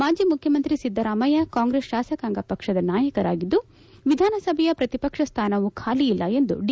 ಮಾಜಿ ಮುಖ್ಯಮಂತ್ರಿ ಸಿದ್ದರಾಮಯ್ಯ ಕಾಂಗ್ರೆಸ್ ಶಾಸಕಾಂಗ ಪಕ್ಷದ ನಾಯಕರಾಗಿದ್ದು ವಿಧಾನಸಭೆಯ ಪ್ರತಿಪಕ್ಷ ಸ್ಥಾನವೂ ಖಾಲಿ ಇಲ್ಲ ಎಂದು ಡಿ